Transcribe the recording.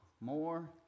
more